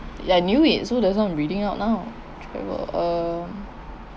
ya I knew it so that's why I'm reading out now travel uh